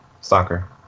Soccer